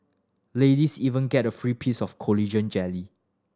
ladies even get a free piece of collagen jelly